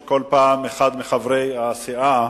שכל פעם אחד מחברי הסיעה,